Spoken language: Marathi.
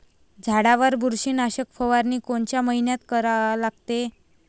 झाडावर बुरशीनाशक फवारनी कोनच्या मइन्यात करा लागते?